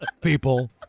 people